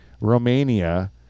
Romania